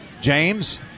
james